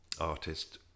artist